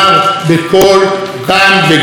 יש שופטים בישראל,